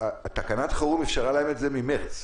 תקנות החירום אפשרה להם את זה ממרץ.